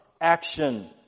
action